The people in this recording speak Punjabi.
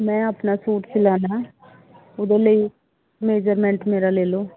ਮੈਂ ਆਪਣਾ ਸੂਟ ਸਿਲਾਉਣਾ ਉਹਦੇ ਲਈ ਮੇਜਰਮੈਂਟ ਮੇਰਾ ਲੈ ਲਓ